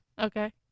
Okay